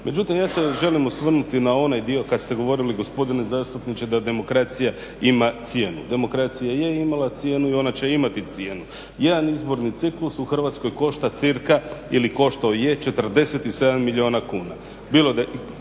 Međutim, ja se želim osvrnuti na onaj dio kad ste govorili gospodine zastupniče da demokracija ima cijenu. Demokracija je imala cijenu i ona će imati cijenu. Jedan izborni ciklus u Hrvatskoj košta cca ili koštao je 47 milijuna kuna.